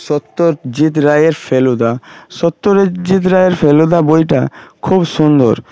সত্যজিৎ রায়ের ফেলুদা সত্যজিৎ রায়ের ফেলুদা বইটা খুব সুন্দর